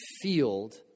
field